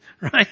Right